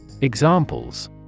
Examples